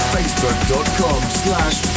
Facebook.com/slash